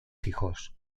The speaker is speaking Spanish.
hijos